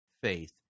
faith